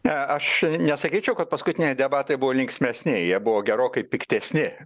ne aš nesakyčiau kad paskutiniai debatai buvo linksmesni jie buvo gerokai piktesni